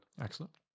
excellent